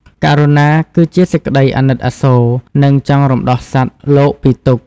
ករុណា គឺជាសេចក្តីអាណិតអាសូរ និងចង់រំដោះសត្វលោកពីទុក្ខ។